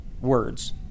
words